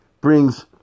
brings